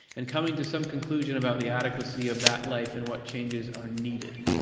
and coming to some conclusion about the adequacy of that life and what changes are needed.